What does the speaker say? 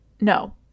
No